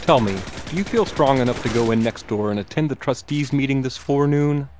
tell me, do you feel strong enough to go in next door and attend the trustees' meeting this forenoon?